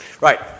Right